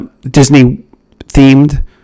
Disney-themed